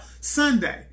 Sunday